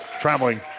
traveling